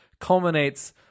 culminates